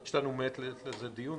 ויש לנו מעת לעת דיון.